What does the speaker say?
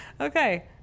okay